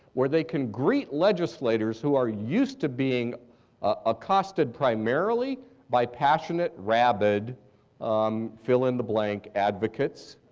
where they can greet legislators who are used to being accosted primarily by passionate rabid um fill-in-the-blank advocates,